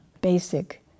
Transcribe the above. basic